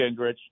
Gingrich